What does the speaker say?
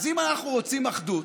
אז אם אנחנו רוצים אחדות,